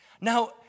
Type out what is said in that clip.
Now